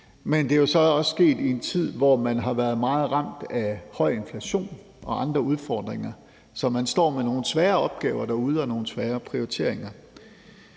men det er jo så også sket i en tid, hvor man har været meget ramt af høj inflation og andre udfordringer. Så man står derude med nogle svære opgaver og nogle svære prioriteringer.